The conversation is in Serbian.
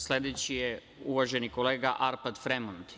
Sledeći je uvaženi kolega Arpad Fremond.